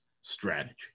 strategy